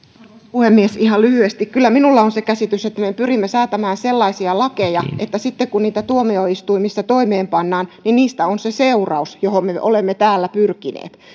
puhemies ihan lyhyesti kyllä minulla on se käsitys että me pyrimme säätämään sellaisia lakeja että sitten kun niitä tuomioistuimissa toimeen pannaan niin niistä on se seuraus johon me olemme täällä pyrkineet